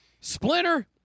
Splinter